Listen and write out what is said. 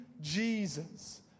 Jesus